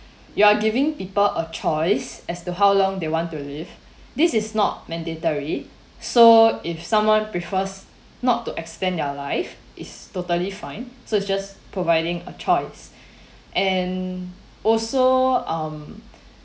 you're giving people a choice as to how long they want to live this is not mandatory so if someone prefers not to extend their life is totally fine so it's just providing a choice and also um